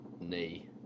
Knee